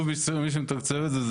מי שמתקצב את זה,